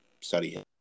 study